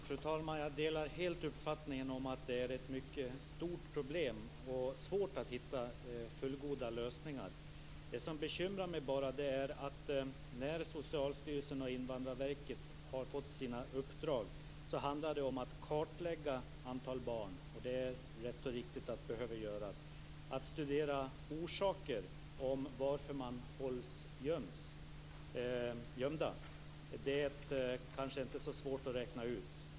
Fru talman! Jag delar helt uppfattningen att det är ett mycket stort problem. Det är svårt att hitta fullgoda lösningar. Det som bekymrar mig är Socialstyrelsens och Invandrarverkets uppdrag. Det handlar om att kartlägga antalet barn, och det är riktigt att det behöver göras. Vidare handlar det om att studera orsaker till varför de hålls gömda, och det är kanske inte så svårt att räkna ut.